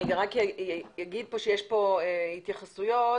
אני חייבת להגיד שהצגנו כבר,